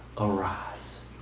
arise